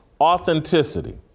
authenticity